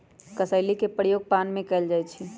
कसेली के प्रयोग पान में कएल जाइ छइ